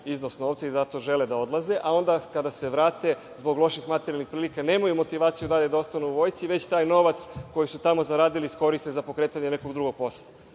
iznos novca i zato žele da odlaze, a onda kada se vrate, zbog loših materijalnih prilika, nemaju motivaciju da dalje ostanu u vojsci, već taj novac koji su tamo zaradili iskoriste za pokretanje nekog drugog posla.